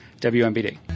WMBD